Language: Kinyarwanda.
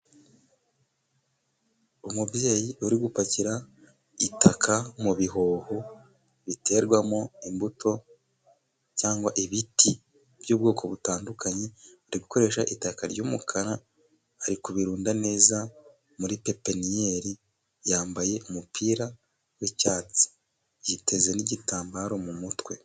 Umubyeyi uri gupakira itaka mu bihoho biterwamo imbuto cyangwa ibiti by'ubwoko butandukanye, ari gukoresha itaka ry'umukara ari kurirunda neza muri pepeniniyeri, yambaye umupira w'icyatsi. Yiteze n'gitambaro m umutwe.